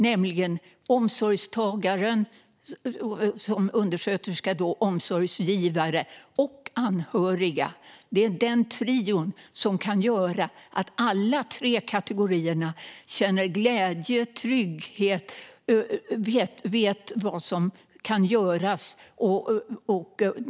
Det är omsorgstagaren, omsorgsgivaren - det vill säga undersköterskan - och anhöriga. Det är denna trio som kan göra att alla tre kategorier känner glädje och trygghet och vet vad som kan göras.